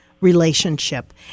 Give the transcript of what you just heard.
relationship